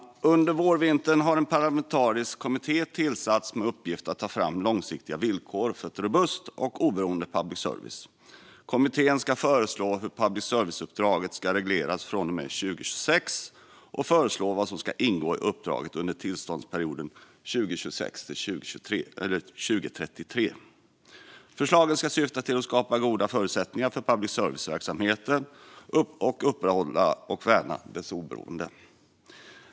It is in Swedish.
Under vårvintern har en parlamentarisk kommitté tillsatts med uppgift att ta fram långsiktiga villkor för ett robust och oberoende public service. Kommittén ska föreslå hur public service-uppdraget ska regleras från och med 2026 och vad som ska ingå i uppdraget under tillståndsperioden 2026-2033. Förslagen ska syfta till att skapa goda förutsättningar för public service-verksamheten och upprätthålla och värna dess oberoende.